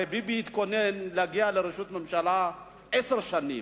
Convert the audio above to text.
הרי ביבי התכונן להגיע לראשות ממשלה עשר שנים.